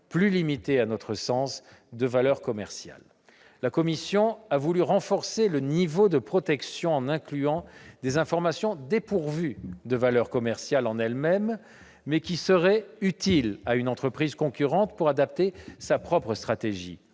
plus limitée, de « valeur commerciale ». La commission a voulu renforcer le niveau de protection en incluant des informations dépourvues de valeur commerciale en elles-mêmes, mais qui seraient utiles à une entreprise concurrente pour adapter sa propre stratégie.